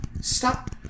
Stop